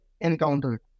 encountered